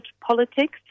politics